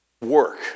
work